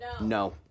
No